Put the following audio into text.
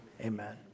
amen